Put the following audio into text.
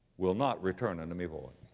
will not return unto me void.